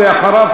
ואחריו,